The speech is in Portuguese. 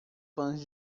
fãs